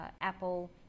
Apple